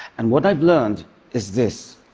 and what i've learned is this